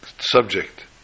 subject